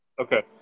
Okay